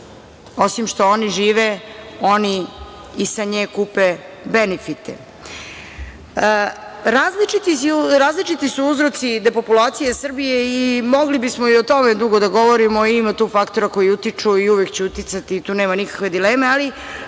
osim što oni žive oni i sa nje kupe benefiti. Različiti su uzroci depopulacije Srbije. Mogli bismo i o tome dugo da govorimo, ima tu faktora koji utiču i uvek će uticati, tu nema nikakve dileme, ali